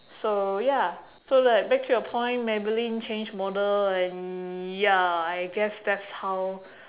so ya so like back to your point maybelline change model and ya I guess that's how